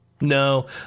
No